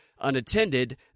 unattended